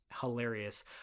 hilarious